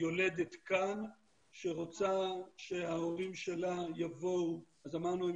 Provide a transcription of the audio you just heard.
יולדת כאן שרוצה שההורים שלה יבואו אז אמרנו שהם